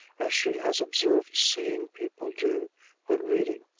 as she has observed seeing people do when reading.